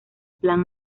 plan